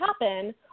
happen